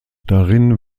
darin